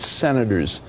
Senators